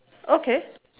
okay